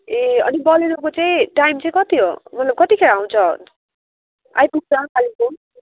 ए अनि बोलेरोको चाहिँ टाइम चाहिँ कति हो मतलब कतिखेर आउँछ आइपुग्छ कालिम्पोङ